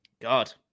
God